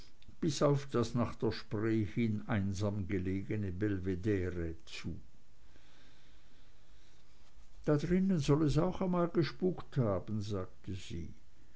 bis auf das nach der spree hin einsam gelegene belvedere zu da drin soll es auch einmal gespukt haben sagte sie